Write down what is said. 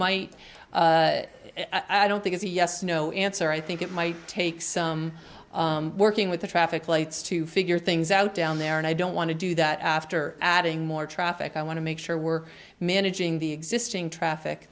might i don't think it's a yes no answer i think it might take some working with the traffic lights to figure things out down there and i don't want to do that after adding more traffic i want to make sure we're managing the existing traffic